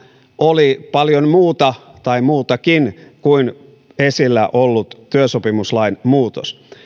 oli paljon muuta tai muutakin kuin esillä ollut työsopimuslain muutos